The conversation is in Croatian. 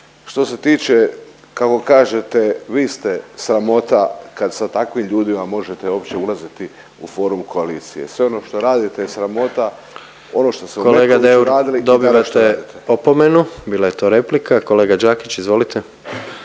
Što se tiče kako kažete vi ste sramota kad sa takvim ljudima možete uopće ulaziti u formu koalicije. Sve ono što radite je sramota. Ono što ste u Metkoviću radili i danas što radite. **Jandroković, Gordan (HDZ)** Kolega Deur dobivate opomenu, bila je to replika. I kolega Đakić, izvolite.